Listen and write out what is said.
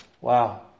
wow